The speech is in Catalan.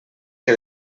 que